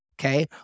okay